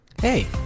Hey